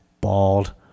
bald